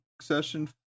session